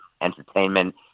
entertainment